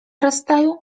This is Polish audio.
rozstaju